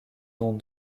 dont